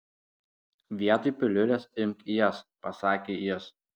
vietoj piliulės imk jas pasakė jis